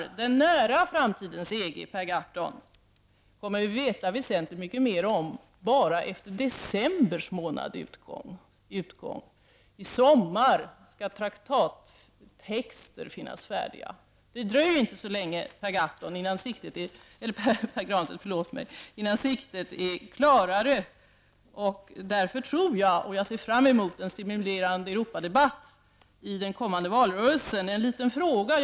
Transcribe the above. Men den nära framtidens EG, Pär Granstedt, kommer vi att veta väsentligt mer om redan efter december månads utgång. I sommar skall traktattexter finnas färdiga. Det dröjer inte så länge, Pär Granstedt, innan sikten är klarare, och därför ser jag fram emot en stimulerande Bara en liten fråga i det sammanhanget.